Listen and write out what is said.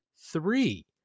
three